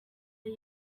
but